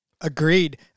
Agreed